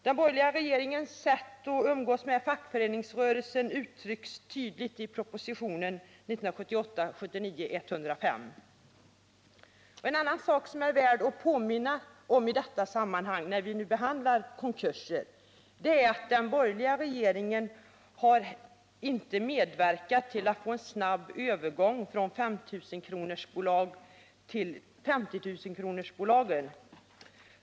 Den borgerliga regeringens sätt att umgås med fackföreningsrörelsen uttrycks tydligt i propositionen 1978/79:105. En annan sak värd att påminna om i detta sammanhang, när vi nu behandlar konkurser, är att den borgerliga regeringen inte har medverkat till att få en snabb övergång från 5 000-kronorsbolag till 50 000-kronorsbolag.